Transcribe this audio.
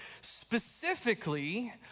specifically